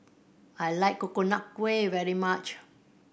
I like Coconut Kuih very much